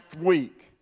week